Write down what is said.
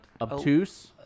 Obtuse